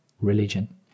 religion